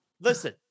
Listen